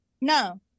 No